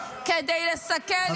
כדי לסכל עסקה.